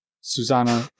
Susanna